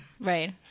Right